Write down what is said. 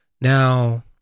Now